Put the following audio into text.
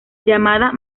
llamada